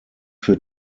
für